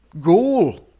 goal